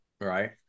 Right